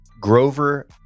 Grover